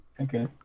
Okay